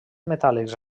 metàl·lics